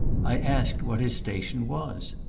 i asked what his station was.